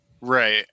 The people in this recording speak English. right